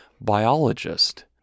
biologist